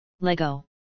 Lego